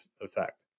effect